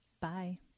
bye